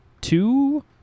two